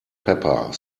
pepper